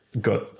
got